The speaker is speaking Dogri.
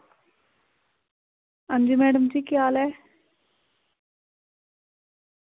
अंजी मैडम जी केह् हाल ऐ